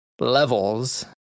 levels